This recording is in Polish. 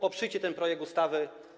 Poprzyjcie ten projekt ustawy.